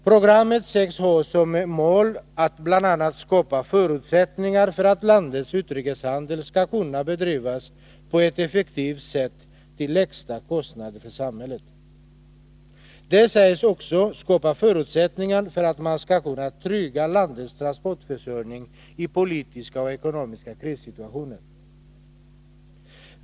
Programmet sägs ha som mål att bl.a. skapa förutsättningar för att landets utrikeshandel skall kunna bedrivas på ett effektivt sätt till lägsta kostnad för samhället. Det sägs också skapa förutsättningar för att man skall kunna trygga landets transportförsörjning i politiska och ekonomiska krissituationer.